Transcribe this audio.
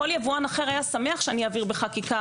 כל יבואן אחר היה שמח שאני אעביר בחקיקה